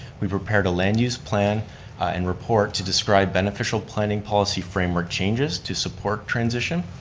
we've prepared a land use plan and report to describe beneficial planning policy framework changes to support transition.